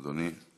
אדוני.